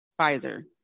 Pfizer